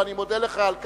ואני מודה לך על כך,